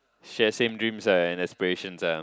share same dreams ah and aspirations ah